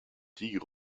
tigre